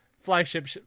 flagship